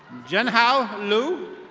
jen how lu.